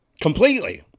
Completely